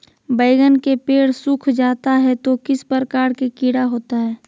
बैगन के पेड़ सूख जाता है तो किस प्रकार के कीड़ा होता है?